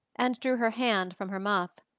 and drew her hand from her muff.